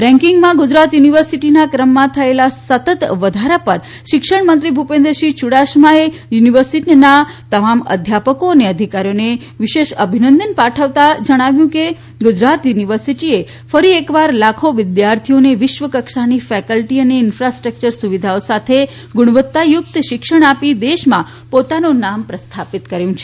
રેન્કિંગમાં ગુજરાત યુનિવર્સિટીના ક્રમમાં થયેલા સતત વધારા પર શિક્ષણમંત્રી શ્રી ભૂપેન્દ્રસિંહ યૂડાસમાએ યુનિવર્સિટીના તમામ અધ્યાપકો અને અધિકારીઓને વિશેષ અભિનંદન પાઠવતા જણાવ્યુ કે ગુજરાત યુનિવર્સિટીએ ફરી એકવાર લાખો વિદ્યાર્થીઓને વિશ્વ કક્ષા ની ફેકલ્ટી અને ઈન્ફાસ્ટ્રક્યર સુવિધાઓ સાથે ગુણવત્તાયુક્ત શિક્ષણ આપીને દેશમાં પોતાનું નામ સ્થાપિત કર્યું છે